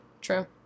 True